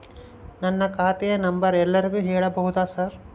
ನನ್ನ ಖಾತೆಯ ನಂಬರ್ ಎಲ್ಲರಿಗೂ ಹೇಳಬಹುದಾ ಸರ್?